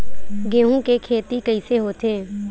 गेहूं के खेती कइसे होथे?